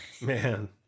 Man